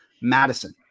Madison